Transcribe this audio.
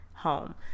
home